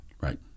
right